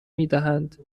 میدهند